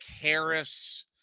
Harris